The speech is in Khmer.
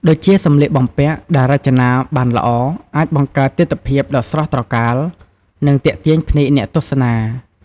ដូចជាសម្លៀកបំពាក់ដែលរចនាបានល្អ អាចបង្កើតទិដ្ឋភាពដ៏ស្រស់ត្រកាល និងទាក់ទាញភ្នែកអ្នកទស្សនា ។